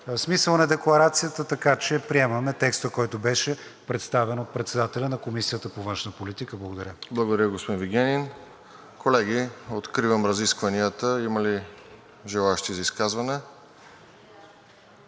смисъла на Декларацията. Така че приемаме текста, който беше представен от председателя на Комисията по външна политика. Благодаря. ПРЕДСЕДАТЕЛ РОСЕН ЖЕЛЯЗКОВ: Благодаря, господин Вигенин. Колеги, откривам разискванията. Има ли желаещи за изказване?